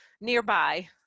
nearby